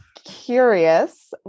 curious